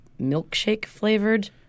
milkshake-flavored